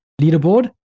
Leaderboard